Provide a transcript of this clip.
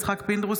יצחק פינדרוס,